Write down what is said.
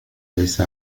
ليس